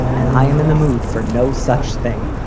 and i am in the mood for no such thing.